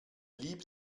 lieb